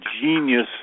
genius